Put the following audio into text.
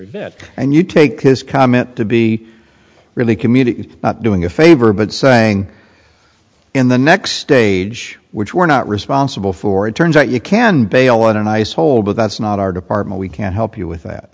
event and you take his comment to be really community not doing a favor but saying in the next stage which we're not responsible for it turns out you can bail on a nice hole but that's not our department we can help you with that